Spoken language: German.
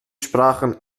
sprachen